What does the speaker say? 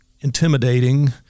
intimidating